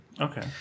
Okay